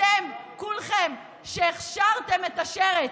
אתם כולכם, שהכשרתם את השרץ,